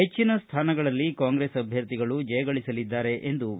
ಹೆಚ್ಚಿನ ಸ್ಥಾನಗಳಲ್ಲಿ ಕಾಂಗ್ರೆಸ್ ಅಭ್ಯರ್ಥಿಗಳು ಜಯಗಳಸಲಿದ್ದಾರೆ ಎಂದರು